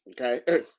Okay